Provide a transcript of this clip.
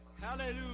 Hallelujah